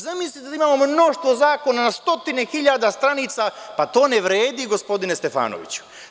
Zamislite da imamo mnoštvo zakona, na stotine hiljade stranica, pa to ne vredi gospodine Stefanoviću.